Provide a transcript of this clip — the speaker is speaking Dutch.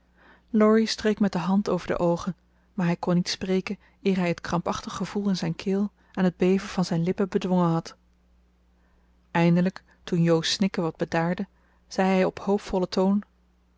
laurie streek met de hand over de oogen maar hij kon niet spreken eer hij het krampachtig gevoel in zijn keel en het beven van zijn lippen bedwongen had eindelijk toen jo's snikken wat bedaarde zei hij op hoopvollen toon